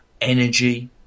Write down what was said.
energy